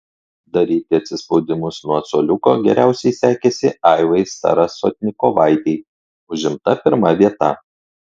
daryti atsispaudimus nuo suoliuko geriausiai sekėsi aivai starasotnikovaitei užimta pirma vieta